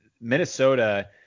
Minnesota